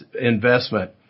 investment